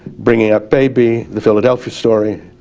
bringing up baby, the philadelphia story,